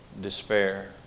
despair